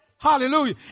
Hallelujah